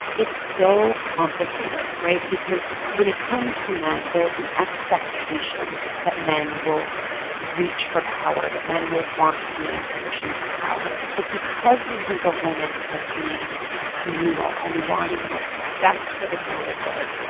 it's so complicated, right? because when it comes to men, there's an expectation that men will reach for power, that men will want to be in positions of power. but because we think of women as being communal and wanting what's best for the greater good,